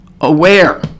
aware